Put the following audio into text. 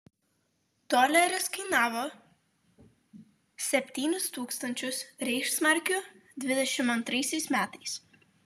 doleris kainavo septynis tūkstančius reichsmarkių dvidešimt antraisiais metais